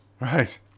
Right